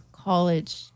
college